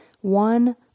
One